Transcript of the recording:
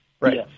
Right